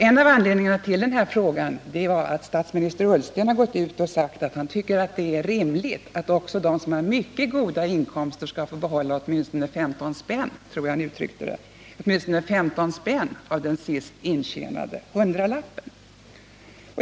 En av anledningarna till den frågan är att statsminister Ullsten har gått ut och sagt att han tycker det är rimligt att också de som har mycket goda inkomster skall få behålla ”åtminstone 15 spänn”, som jag tror att han uttryckte det, av den sist intjänade hundralappen.